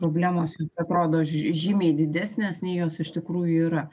problemos jums atrodo žy žymiai didesnės nei jos iš tikrųjų yra